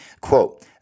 quote